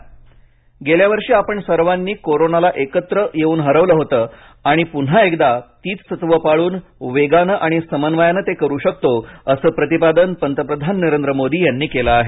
मोदी गेल्यावर्षी आपण सर्वांनी कोरोना एकत्र येवून हरवलं होतं आणि भारत ते पुन्हा एकदा तीच तत्वं पाळून वेगानं आणि समन्वयानं करू शकतो असं प्रतिपादन पंतप्रधान नरेंद्र मोदी यांनी केलं आहे